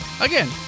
Again